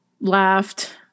laughed